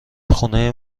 خونه